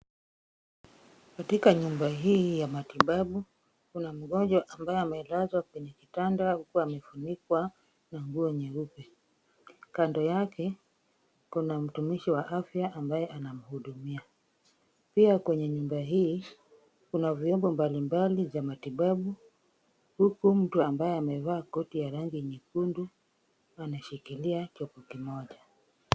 Katika nyumba hii ya matibabu, kuna mgonjwa ambaye amelazwa kwenye kitanda huku amefunikwa na nguo nyeupe. Kando yake, kuna mtumishi wa afya ambaye anamuhudumia. Pia kwenye nyumba hii, kuna vyombo mbalimbali za matibabu, huku mtu ambaye amevaa koti ya rangi nyekundu, anashikilia chombo kimoja.